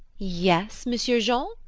yes, monsieur jean!